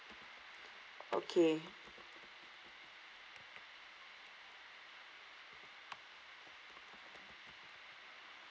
okay